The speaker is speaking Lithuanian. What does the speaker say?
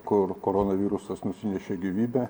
kur koronavirusas nusinešė gyvybę